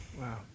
Wow